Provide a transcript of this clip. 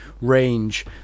range